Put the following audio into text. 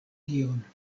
tion